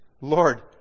Lord